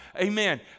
amen